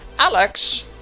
Alex